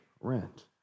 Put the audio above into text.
rent